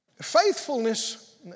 Faithfulness